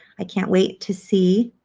i can't wait to see